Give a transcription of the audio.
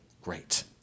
great